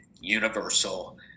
universal